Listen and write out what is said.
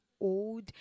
old